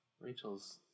Rachel's